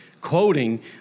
quoting